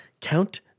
Count